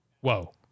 whoa